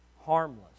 harmless